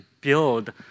build